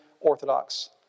Orthodox